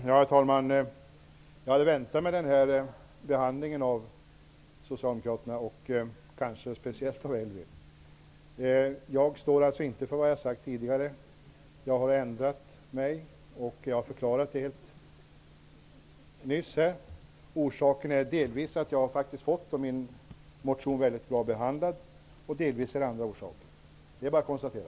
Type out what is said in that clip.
Herr talman! Jag hade väntat mig den här behandlingen från Socialdemokraterna och kanske speciellt från Elvy Söderström. Jag står alltså inte för det jag har sagt tidigare. Jag har ändrat mig, och jag har nyss förklarat det. Orsaken är delvis att jag har fått en mycket bra behandling av min motion, och delvis finns andra orsaker. Det är bara att konstatera.